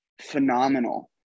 phenomenal